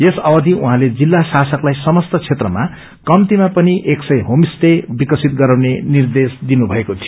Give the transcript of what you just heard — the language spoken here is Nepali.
यस अवधि उहाँले जिल्ला शासकलाई समस्त क्षेत्रमा कम्तीमा पनि एक सय होमस्टे विकसित गराउने निर्देश दिनुभएको थियो